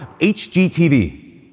HGTV